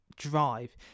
Drive